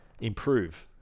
improve